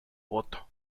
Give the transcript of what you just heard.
voto